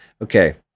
Okay